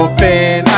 Open